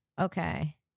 Okay